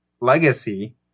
legacy